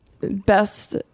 best